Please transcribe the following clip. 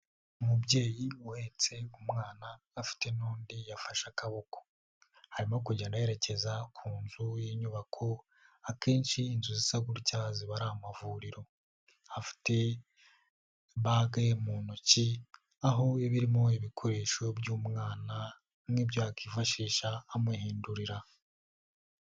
Umubyeyi uheretse umwana afite n'undi yafashe akaboko, arimo kugenda yerekeza ku nzu y'inyubako, akenshi inzu zisa gutya ziba ari amavuriro, afite bage mu ntoki, aho iba irimo ibikoresho by'umwana, nk'ibyo yakwishisha amuhindurira.